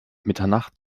mitternacht